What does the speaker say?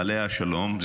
עליה השלום,